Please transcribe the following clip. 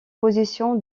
position